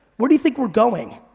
where do you think we're going?